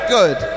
Good